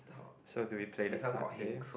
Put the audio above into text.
so do we play the card games